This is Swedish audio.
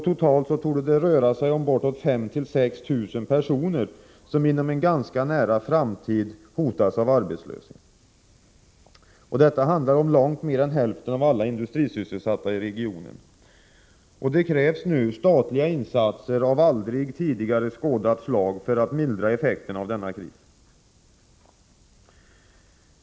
Totalt torde det röra sig om 5 000-6 000 personer, som inom en ganska nära framtid hotas av arbetslöshet. Det handlar om långt mer än hälften av alla industrisysselsatta i regionen. Det krävs nu statliga insatser av aldrig tidigare skådat slag för att mildra effekterna av denna kris.